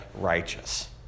righteous